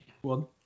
one